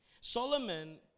Solomon